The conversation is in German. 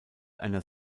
einer